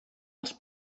els